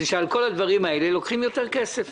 הם לוקחים את זה דרך כל מיני אפשרויות אחרות.